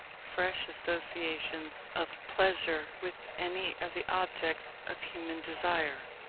fresh associations of pleasure with any of the objects of human desire.